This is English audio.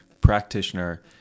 practitioner